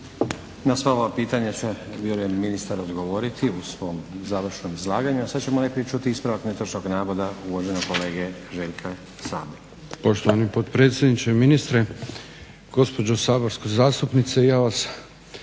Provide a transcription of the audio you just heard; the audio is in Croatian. Na sva ova pitanja će vjerujem ministar odgovoriti u svom završnom izlaganju. A sada ćemo najprije čuti ispravak netočnog navoda uvaženog kolege Željka Sabe. **Sabo, Željko (SDP)** Poštovani potpredsjedniče, ministre, gospođo saborska zastupnice. Ja vas